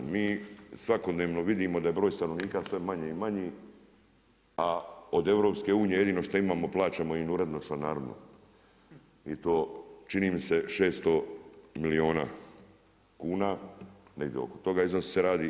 Mi svakodnevno vidimo da je broj stanovnika sve manji i manji, a od Europske unije jedino što imamo plaćamo im uredno članarinu i to čini mi se 600 milijuna kuna, negdje oko toga iznos se radi.